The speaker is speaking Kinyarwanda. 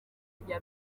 rya